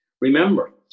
Remember